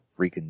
freaking